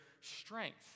strength